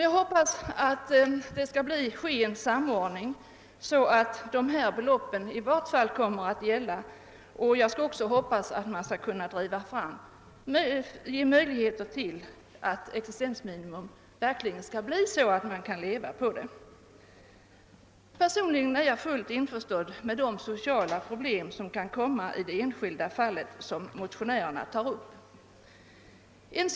Jag hoppas att en samordning skall ske så att dessa belopp i varje fali kommer att gälla. Jag hoppas också att man skall ge möjlighet till att existensminimum verkligen skall sättas så högt att det går att leva på det. Personligen är jag fullt införstådd med de sociala problem som kan komma att uppstå i de enskilda fall som motionärerna har tagit upp.